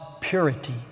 purity